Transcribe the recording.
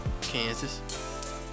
Kansas